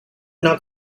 not